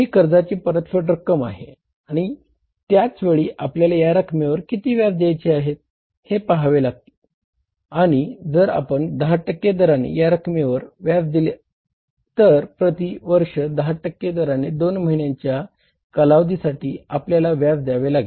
ही कर्जाची परतफेड रक्कम आहे आणि त्याच वेळी आपल्याला या रकमेवर किती व्याज द्यायचआहे हे पाहावे लागेल आणि जर आपण 10 दराने या रकमेवर व्याज दिले तर प्रती वर्ष 10 टक्के दराने 2 महिन्यांच्या कालावधीसाठी आपल्याला व्याज द्यावे लागेल